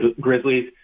Grizzlies